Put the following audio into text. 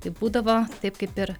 tai būdavo taip kaip ir